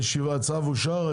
הישיבה נעולה.